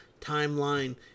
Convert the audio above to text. timeline